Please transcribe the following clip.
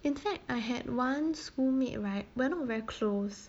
in fact I had one schoolmate right we're not very close